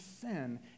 sin